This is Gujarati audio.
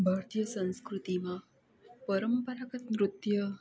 ભારતીય સંસ્કૃતિમાં પરંપરાગત નૃત્ય